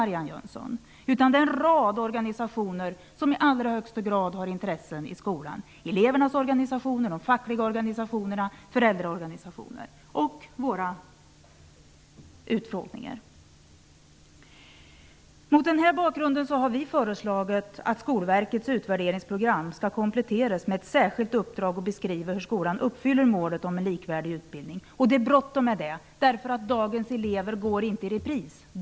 Det är en rad organisationer som i allra högsta grad har intressen i skolan: elevernas organisationer, de fackliga organisationerna, föräldraorganisationer och våra utfrågningar. Mot denna bakgrund har vi föreslagit att Skolverkets utvärderingsprogram skall kompletteras med ett särskilt uppdrag och beskriva hur skolan uppfyller målet om en likvärdig utbildning. Det är bråttom med det. Dagens elever går inte i repris.